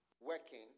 working